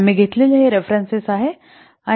हे आम्ही घेतलेले रेफेरेंन्सस आणि